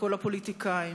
כל הפוליטיקאים,